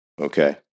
Okay